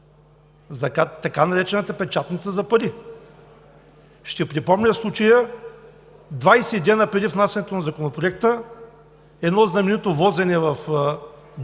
така наречената „печатница за пари“. Ще припомня случая двадесет дни преди внасянето на Законопроекта – едно знаменито возене в джипа на